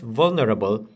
vulnerable